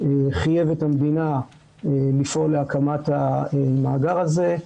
חייב את המדינה לפעול להקמת המאגר הזה.